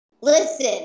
Listen